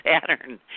Saturn